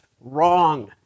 wrong